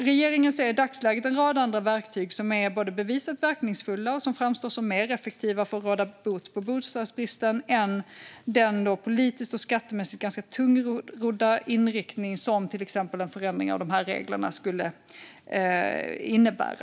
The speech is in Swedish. Regeringen ser i dagsläget en rad andra verktyg som är bevisat verkningsfulla och som framstår som mer effektiva för att råda bot på bostadsbristen än den politiskt och skattemässigt ganska tungrodda inriktning som till exempel en förändring av dessa regler skulle innebära.